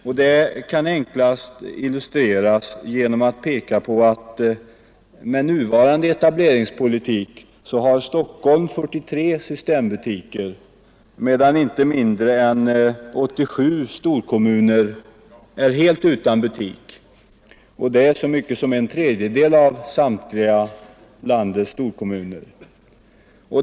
Och det kan jag enklast illustrera med att peka på att med nuvarande etableringspolitik har Stockholm 43 systembolagsbutiker medan inte mindre än 87 storkommuner, dvs. en tredjedel av landets samtliga storkommuner, är helt utan sådana butiker.